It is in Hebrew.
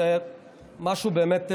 זה משהו באמת,